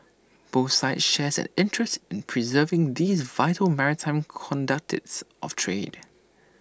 both sides shares an interest in preserving these vital maritime conduct its of trade